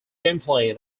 gameplay